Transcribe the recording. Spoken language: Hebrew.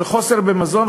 של חוסר במזון,